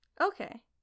Okay